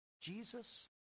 Jesus